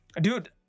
dude